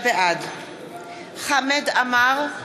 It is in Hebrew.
בעד חמד עמאר,